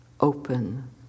open